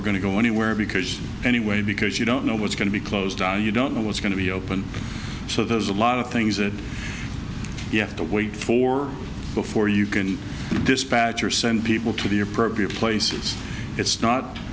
are going to go anywhere because anyway because you don't know what's going to be closed are you don't know what's going to be open so there's a lot of things that you have to wait for before you can dispatch or send people to the appropriate places it's not